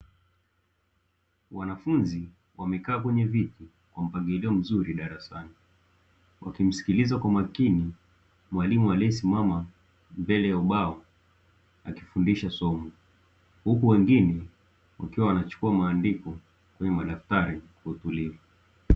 Wanafunzi wamekaa kwenye viti kwa mapngilio mzuri darasani, wakimsikiliza kwa makini mwalimu aliyesimama mbele ya ubao, akifundisha somo. Huku wengine wakiwa wanachukua maandiko kwenye madaftari kwa utulivu.